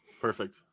Perfect